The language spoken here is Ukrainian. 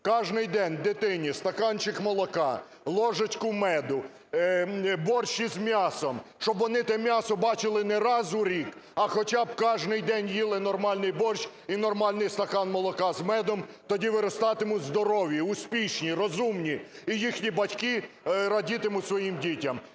Кожний день дитині стаканчик молока, ложечку меду, борщ із м'ясом, щоб вони те м'ясо бачили не раз у рік, а хоча б кожний день їли нормальний борщ і нормальний стакан молока з медом. Тоді виростатимуть здорові, успішні, розумні, і їхні батьки радітимуть своїм дітям.